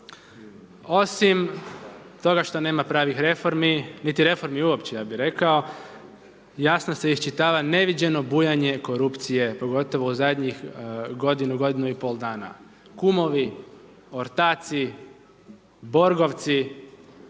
osim toga što nema pravih reformi, niti reformi uopće, ja bih rekao, jasno se isčitava neviđeno bujanje korupcije, pogotovo u zadnjih godinu, godinu i pol dana, kumovi, ortaci, borgovci.